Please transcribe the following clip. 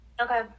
okay